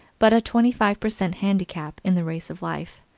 but a twenty five per cent handicap in the race of life.